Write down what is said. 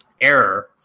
error